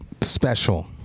special